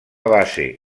base